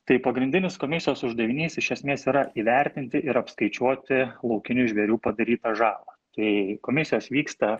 tai pagrindinis komisijos uždavinys iš esmės yra įvertinti ir apskaičiuoti laukinių žvėrių padarytą žalą kai komisijos vyksta